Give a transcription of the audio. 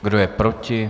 Kdo je proti?